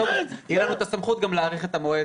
תהיה לנו גם הסמכות להאריך את המועד.